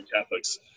Catholics